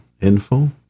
info